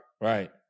Right